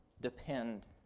depend